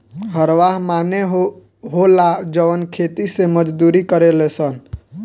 हरवाह माने होला जवन खेती मे मजदूरी करेले सन